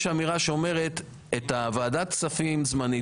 יש אמירה שאומרת שאת ועדת הכספים הזמנית